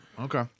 Okay